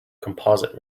composite